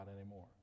anymore